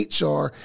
HR